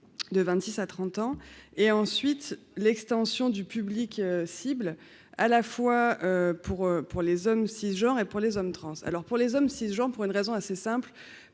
de 26 à 30 ans, et ensuite l'extension du public cible à la fois pour pour les hommes cisgenre genre et pour les hommes, transe, alors pour les hommes six Jean pour une raison assez simple